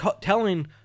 telling